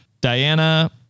Diana